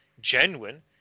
genuine